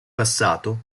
passato